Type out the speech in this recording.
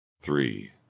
three